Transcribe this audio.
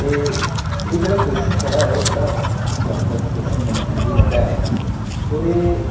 ते एह् जेह्ड़ा क्वेश्चन थुआढ़ा ऐ बड़ा जबरदस्त क्वेश्चन मिगी लग्गा ऐ होर ऐ